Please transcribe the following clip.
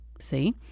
see